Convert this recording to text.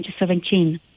2017